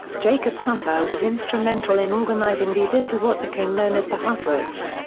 jacob hutter was instrumental in organizing these into what became known as the hutterites.